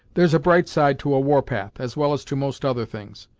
there's a bright side to a warpath, as well as to most other things,